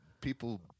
people